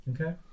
Okay